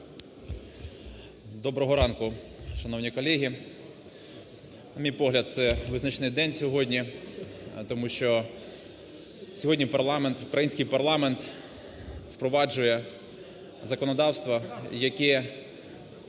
Доброго ранку, шановні колеги. На мій погляд, це визначний день сьогодні, тому що сьогодні парламент, український парламент впроваджує законодавство, яке